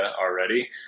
already